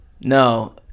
No